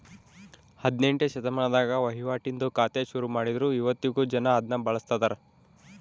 ಹದಿನೆಂಟ್ನೆ ಶತಮಾನದಾಗ ವಹಿವಾಟಿಂದು ಖಾತೆ ಶುರುಮಾಡಿದ್ರು ಇವತ್ತಿಗೂ ಜನ ಅದುನ್ನ ಬಳುಸ್ತದರ